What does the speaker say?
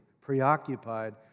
preoccupied